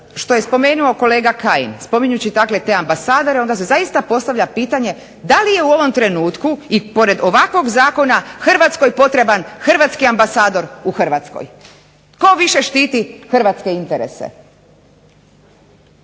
što je rekao kolega Kajin, spominjući te ambasadore onda se zaista postavlja pitanje da li je u ovom trenutku i pored ovakvom zakona Hrvatskoj potreban Hrvatski ambasador u Hrvatsko, tko više štiti Hrvatske interese.